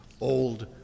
Old